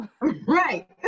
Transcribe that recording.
Right